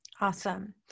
Awesome